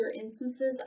instances